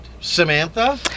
Samantha